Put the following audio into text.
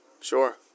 Sure